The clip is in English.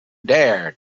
dare